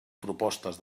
propostes